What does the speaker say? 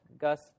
Gus